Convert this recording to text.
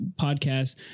podcast